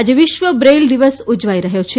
આજે વિશ્વ બ્રેઇલ દિવસ ઉજવાઇ રહયો છે